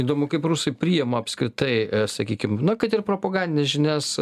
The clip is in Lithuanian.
įdomu kaip rusai priima apskritai sakykim na kad ir propagandines žinias